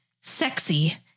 sexy